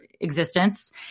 existence